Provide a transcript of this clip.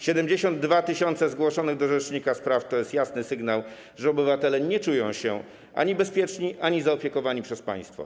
72 tys. zgłoszonych do rzecznika spraw to jasny sygnał, że obywatele nie czują się ani bezpieczni, ani zaopiekowani przez państwo.